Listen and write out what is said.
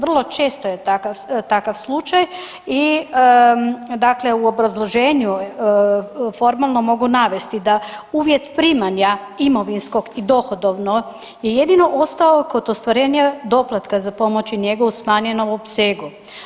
Vrlo često je takav slučaj i dakle u obrazloženju formalno mogu navesti da uvjet primanja imovinskog i dohodovno je jedino ostao kod ostvarenja doplatka za pomoć i njegu u smanjenom opsegu.